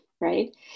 right